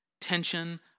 tension